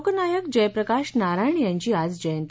लोकनायक जयप्रकाश नारायण यांची आज जयंती